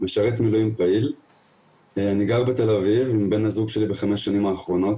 אחד החריגים זה בני זוג ומשפחות,